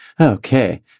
Okay